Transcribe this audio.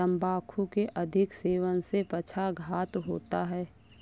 तंबाकू के अधिक सेवन से पक्षाघात होता है